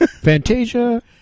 Fantasia